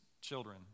children